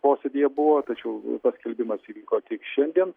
posėdyje buvo tačiau paskelbimas įvyko tik šiandien